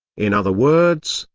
in other words,